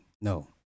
No